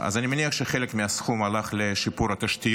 אני מניח שחלק מהסכום הלך לשיפור התשתיות,